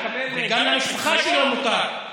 וגם למשפחה שלו מותר.